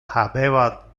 habeva